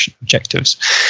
objectives